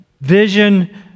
vision